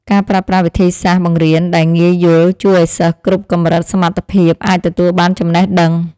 ការប្រើប្រាស់វិធីសាស្ត្របង្រៀនដែលងាយយល់ជួយឱ្យសិស្សគ្រប់កម្រិតសមត្ថភាពអាចទទួលបានចំណេះដឹង។